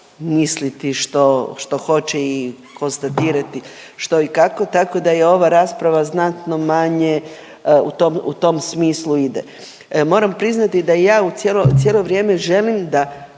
misliti što, što hoće i konstatirati što i kako. Tako da i ova rasprava znatno manje u tom, u tom smislu ide. Moram priznati da ja cijelo vrijeme želim da